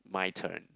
my turn